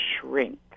shrink